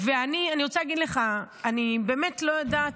ואני, אני רוצה להגיד לך: אני באמת לא יודעת